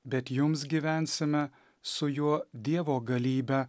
bet jums gyvensime su juo dievo galybę